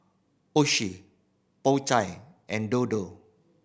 Oishi Po Chai and Dodo